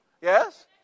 Yes